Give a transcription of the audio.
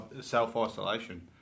self-isolation